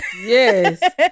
Yes